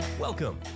Welcome